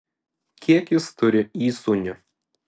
kiek jis turi įsūnių